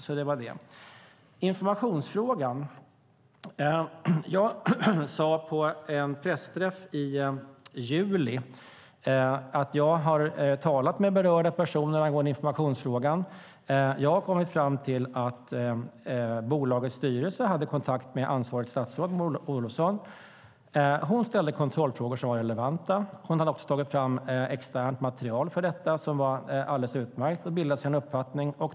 När det gäller informationsfrågan sade jag på en pressträff i juli att jag har talat med berörda personer angående informationsfrågan. Jag har kommit fram till att bolagets styrelse hade kontakt med ansvarigt statsråd, Maud Olofsson. Hon ställde kontrollfrågor som var relevanta. Hon tog också fram externt material för detta, som var alldeles utmärkt, och bildade sig en uppfattning.